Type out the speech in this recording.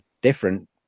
different